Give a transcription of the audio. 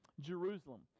jerusalem